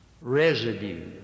residue